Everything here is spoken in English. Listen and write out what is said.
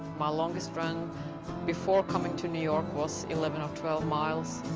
my longest run before coming to new york was eleven or twelve miles.